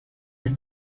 das